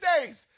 days